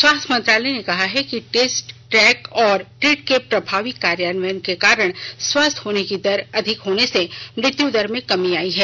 स्वास्थ्य मंत्रालय ने कहा है कि टेस्ट ट्रैक और ट्रीट के प्रभावी कार्यान्वयन के कारण स्वस्थ होने की दर अधिक होने से मृत्युदर में कमी आई है